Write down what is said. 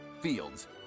Fields